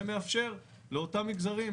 זה מאפשר לאותם מגזרים,